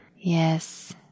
Yes